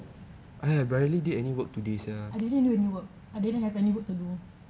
I didn't do any work I didn't have any work to do